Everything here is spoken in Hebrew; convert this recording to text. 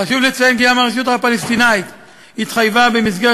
חשוב לציין כי גם הרשות הפלסטינית התחייבה במסגרת